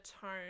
tone